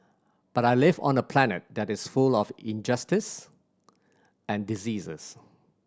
but I live on a planet that is full of injustice and diseases